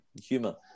humor